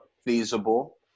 feasible